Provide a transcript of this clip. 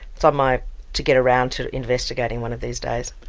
it's on my to get around to investigating one of these days.